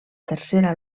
tercera